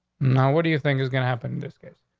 no. what do you think is gonna happen in this case?